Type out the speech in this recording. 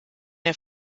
der